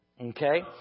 Okay